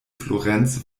florenz